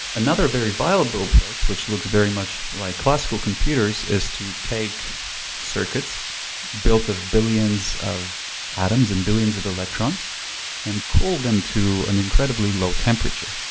another very viable approach, which looks very much like classical computers is to take circuits built of billions of atoms and billions of electrons and cool them to an incredibly low temperature.